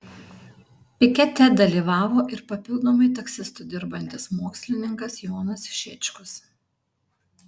pikete dalyvavo ir papildomai taksistu dirbantis mokslininkas jonas šečkus